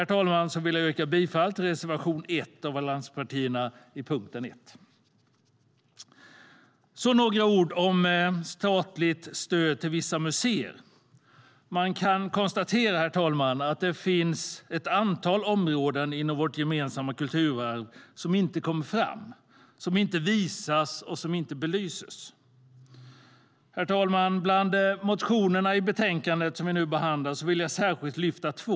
Jag yrkar bifall till allianspartiernas reservation 1, som berör betänkandets punkt 1. Jag vill säga några ord om statligt stöd till vissa museer. Man kan konstatera, herr talman, att det finns ett antal områden inom vårt gemensamma kulturarv som inte kommer fram, som inte visas och som inte belyses. Bland motionerna i betänkandet vi nu behandlar vill jag särskilt lyfta fram två.